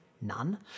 none